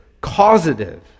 causative